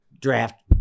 draft